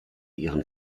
ihren